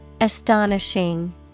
Astonishing